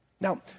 Now